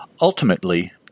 Ultimately